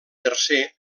tercer